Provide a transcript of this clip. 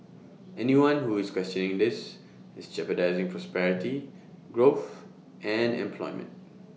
anyone who is questioning this is jeopardising prosperity growth and employment